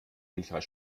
milchreis